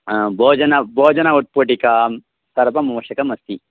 भोजनस्य भोजनस्य उत्पीठिका तदपि आवश्यकमस्ति